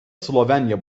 slovenya